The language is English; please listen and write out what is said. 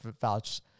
vouch